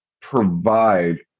provide